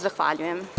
Zahvaljujem.